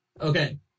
Okay